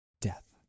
death